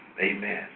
Amen